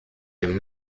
dem